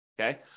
okay